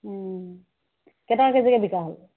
কেই টকা কেজিকে বিকা হ'ল